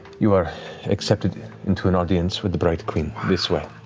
you are accepted into an audience with the bright queen. this way.